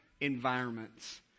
environments